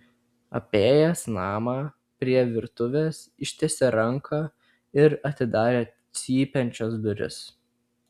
apėjęs namą prie virtuvės ištiesė ranką ir atidarė cypiančias duris